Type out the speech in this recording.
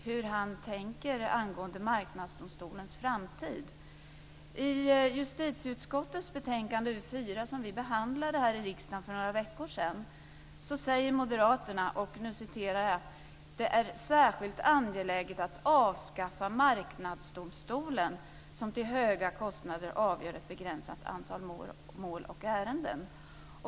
Hur tänker han angående Marknadsdomstolens framtid? I justitieutskottets betänkande JuU4 som vi behandlade här i riksdagen för några veckor sedan säger Moderaterna: "Särskilt angeläget är det att avskaffa Marknadsdomstolen som till höga kostnader avgör ett begränsat antal mål och ärenden."